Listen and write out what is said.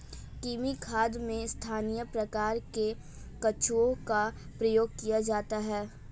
कृमि खाद में स्थानीय प्रकार के केंचुओं का प्रयोग किया जाता है